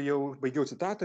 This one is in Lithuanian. jau baigiau citatą